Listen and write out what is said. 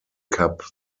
cup